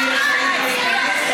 אני לא מבינה.